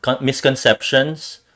misconceptions